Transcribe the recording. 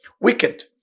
wicked